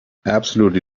absolutely